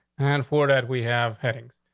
and for that we have headings.